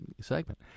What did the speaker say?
segment